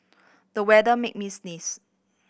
the weather made me sneeze